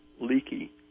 leaky